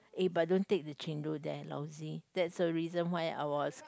eh but don't take the chendol there lousy that's the reason why I was